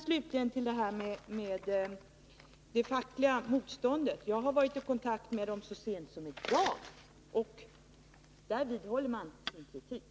Slutligen till detta med det fackliga motståndet: Jag har varit i kontakt med facket så sent som i dag, och man vidhåller sin kritik.